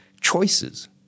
choices